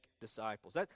disciples